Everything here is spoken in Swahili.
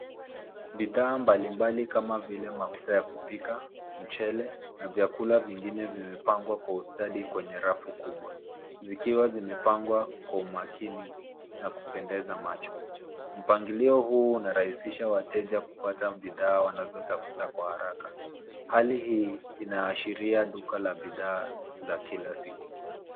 Bidhaa mbalimbali kama vile mafuta ya kupika, mchele na vyakula vingine vimepangwa kwa ustadi kwenye rafu kubwa zikiwa zimepangwa kwa umakini na kupendeza macho. Mpangilio huu unarahisisha wateja kupata bidhaa wanazotafuta kwa haraka. Hali hii inaashiria duka la bidhaa za kila siku.